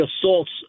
assaults